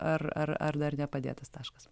ar ar ar dar nepadėtas taškas